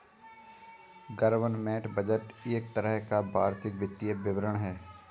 government budget एक तरह का वार्षिक वित्तीय विवरण है